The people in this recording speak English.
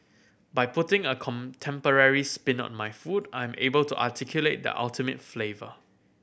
by putting a contemporary spin on my food I'm able to articulate the ultimate flavour